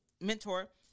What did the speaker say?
mentor